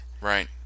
Right